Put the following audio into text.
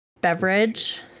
beverage